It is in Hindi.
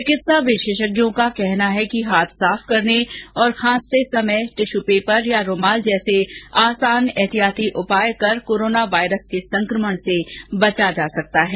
चिकित्सा विशेषज्ञों का कहना है कि हाथ साफ करने और खांसते समय टिश्यू पेपर या रूमाल जैसे आसान एहतियात बरत कर कोरोना वायरस के संक्रमण से बचा जा सकता है